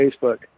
Facebook